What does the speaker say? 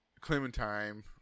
Clementine